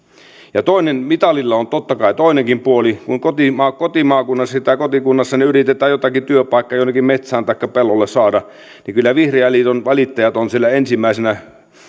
ja mitalilla on totta kai toinenkin puoli kun kotimaakunnassani tai kotikunnassani yritetään jotakin työpaikkaa jonnekin metsään taikka pellolle saada niin kyllä vihreän liiton valittajat ovat siellä ensimmäisenä